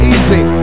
Easy